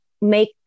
make